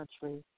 country